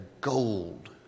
gold